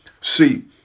See